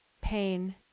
pain